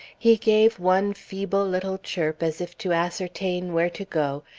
he gave one feeble little chirp as if to ascertain where to go,